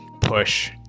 push